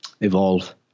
evolve